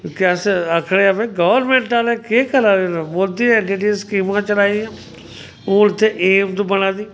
कि अस आखने आं भाई गौरमैंट आह्ले केह् करा दे न मोदी एड्डी एड्डी स्कीमां चलाई दियां हून ते एम्स बना दी